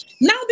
Now